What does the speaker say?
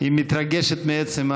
היא מתרגשת מעצם,